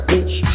Bitch